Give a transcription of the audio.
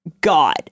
God